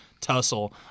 tussle